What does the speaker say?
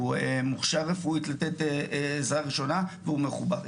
הוא מוכשר רפואית לתת עזרה ראשונה והוא מחובר,